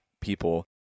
people